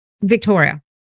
Victoria